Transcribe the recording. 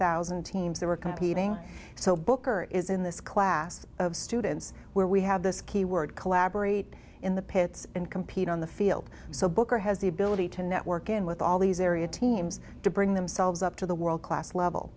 thousand teams that were competing so booker is in this class of students where we have this keyword collaborate in the pits and compete on the field so booker has the ability to network in with all these area teams to bring themselves up to the world class level